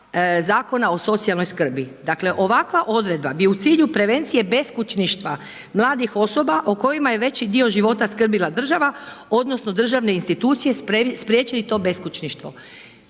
Zakona o socijalnoj skrbi.“ Dakle, ovakva odredba bi u cilju prevencije beskućništva mladih osoba o kojima je veći dio života skrbila država odnosno državne institucije spriječili to beskućništvo.